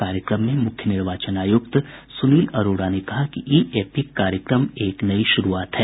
कार्यक्रम में मुख्य निर्वाचन आयुक्त सुनील अरोड़ा ने कहा कि ई एपिक कार्यक्रम एक नई शुरूआत है